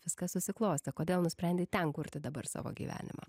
viskas susiklostė kodėl nusprendei ten kurti dabar savo gyvenimą